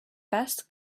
best